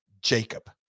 Jacob